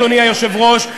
אדוני היושב-ראש,